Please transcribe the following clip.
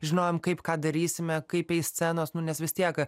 žinojom kaip ką darysime kaip eis scenos nu nes vis tiek